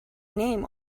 name